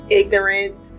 ignorant